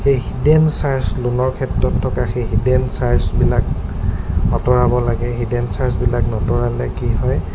সেই hidden charge লোনৰ ক্ষেত্ৰত থকা সেই হিডেন চাৰ্জবিলাক আঁতৰাব লাগে হিডেন চাৰ্জবিলাক নাতৰালে কি হয়